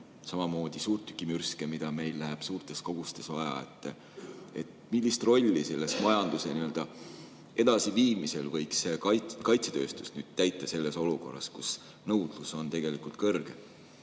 samamoodi suurtükimürske, mida meil läheb suurtes kogustes vaja. Millist rolli majanduse edasiviimisel võiks kaitsetööstus täita selles olukorras, kus nõudlus on kõrge?